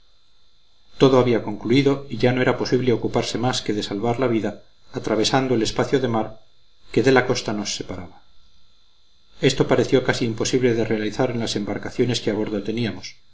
todo había concluido y ya no era posible ocuparse más que de salvar la vida atravesando el espacio de mar que de la costa nos separaba esto pareció casi imposible de realizar en las embarcaciones que a bordo teníamos